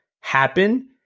happen